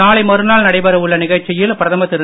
நாளை மறுநாள் நடைபெற உள்ள நிகழ்ச்சியில் பிரதமர் திரு